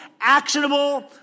actionable